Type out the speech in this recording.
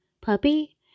puppy